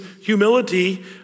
humility